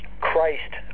Christ